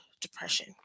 depression